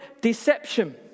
deception